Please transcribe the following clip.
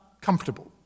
comfortable